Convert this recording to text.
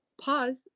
pause